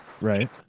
Right